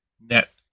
net